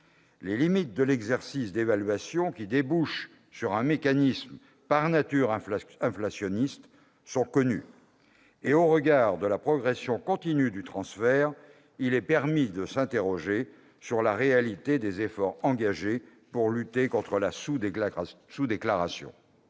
Les limites de l'exercice d'évaluation, qui débouche sur un mécanisme par nature inflationniste, sont connues. En outre, au regard de la progression continue du transfert, il est permis de s'interroger sur la réalité des efforts engagés pour lutter contre la sous-déclaration.